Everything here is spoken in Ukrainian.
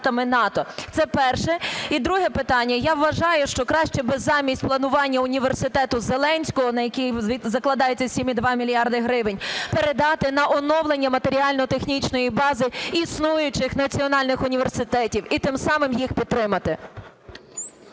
Це перше. І друге питання. Я вважаю, що краще би замість планування університету Зеленського, на який закладається 7,2 мільярда гривень, передати на оновлення матеріально-технічної бази існуючих національних університетів, і тим самим їх підтримати.